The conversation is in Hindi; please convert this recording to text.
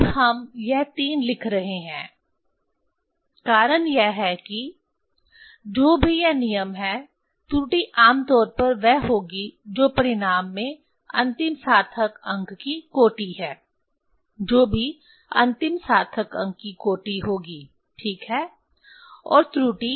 अब हम यह 3 लिख रहे हैं कारण यह है कि जो भी यह नियम है त्रुटि आम तौर पर वह होगी जो परिणाम में अंतिम सार्थक अंक की कोटि है जो भी अंतिम सार्थक अंक की कोटि होगी ठीक है और त्रुटि